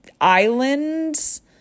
islands